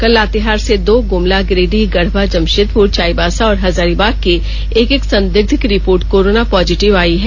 कल लातेहार से दो गुमला गिरिडीह गढ़वा जमशेदपुर चाईबासा और हजारीबाग के एक एक संदिग्ध की रिपोर्ट कोरोना पॉजिटिव आई है